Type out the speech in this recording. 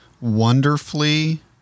wonderfully